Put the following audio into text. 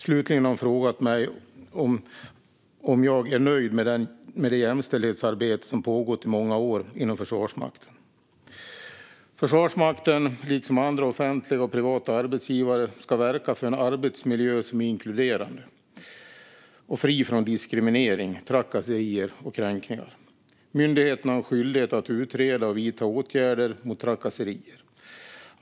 Slutligen har hon frågat mig om att jag är nöjd med det jämställdhetsarbete som pågått i många år inom Försvarsmakten. Försvarsmakten, liksom andra offentliga och privata arbetsgivare, ska verka för en arbetsmiljö som är inkluderande och fri från diskriminering, trakasserier och kränkningar. Myndigheten har en skyldighet att utreda och vidta åtgärder mot trakasserier.